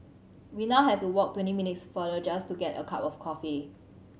we now have to walk twenty minutes farther just to get a cup of coffee